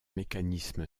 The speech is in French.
mécanisme